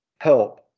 help